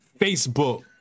Facebook